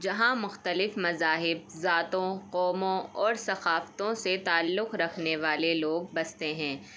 جہاں مختلف مذاہب ذاتوں قوموں اور ثقافتوں سے تعلق رکھنے والے لوگ بستے ہیں